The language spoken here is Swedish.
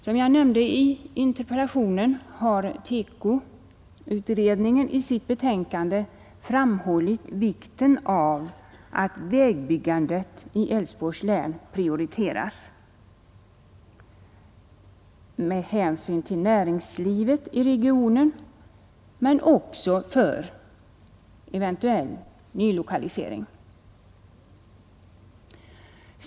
Som jag nämnde i interpellationen har TEKO-utredningen i sitt betänkande framhållit vikten av att vägbyggandet i Älvsborgs län prioriteras, med hänsyn till näringslivet i regionen men också för eventuell nylokalisering.